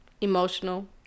Emotional